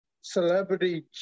celebrity